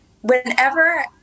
Whenever